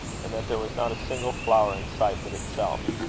and that there was not a single flower in sight but itself.